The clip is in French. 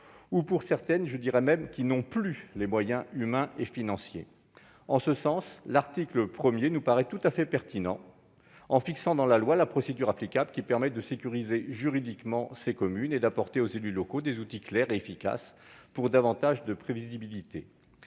d'entre elles, je dirais plutôt qu'elles n'ont plus ces moyens. En ce sens, l'article 1 nous paraît tout à fait pertinent : il fixe dans la loi la procédure applicable, qui permet de sécuriser juridiquement ces communes et d'apporter aux élus locaux des outils clairs et efficaces pour davantage de prévisibilité.